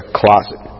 closet